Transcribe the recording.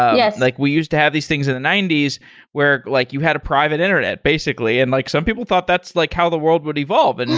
yeah like we used to have these things in the ninety s where like you had a private internet, basically, and like some people thought that's like how the world would involve. and and